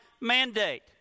mandate